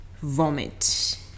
vomit